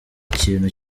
ikintu